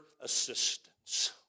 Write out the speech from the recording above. assistance